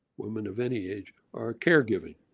women of any age, are caregiving.